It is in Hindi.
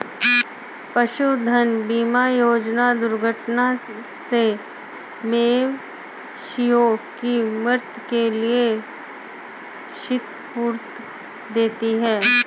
पशुधन बीमा योजना दुर्घटना से मवेशियों की मृत्यु के लिए क्षतिपूर्ति देती है